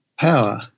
power